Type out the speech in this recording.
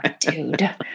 dude